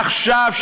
עכשיו,